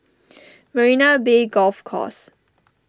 Marina Bay Golf Course